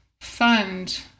fund